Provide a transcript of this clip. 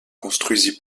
construisit